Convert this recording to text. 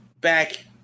back